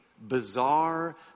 bizarre